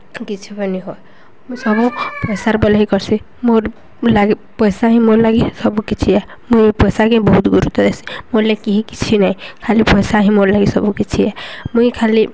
କିଛି ବିି ନି ହୁଏ ମୁଇଁ ସବୁ ପଏସାର ବଲେ ହିଁ କର୍ସି ମୋର୍ଲାଗି ପଏସା ହିଁ ମୋର୍ଲାଗି ସବୁ କିଛି ଏ ମୁଇଁ ପଏସାକେ ବହୁତ୍ ଗୁରୁତ୍ଵ ଦେସି ମୋର୍ଲାଗି କେହି କିଛି ନାଇଁ ଖାଲି ପଏସା ହିଁ ମୋର୍ଲାଗି ସବୁ କିଛି ଏ ମୁଇଁ ଖାଲି